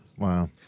Wow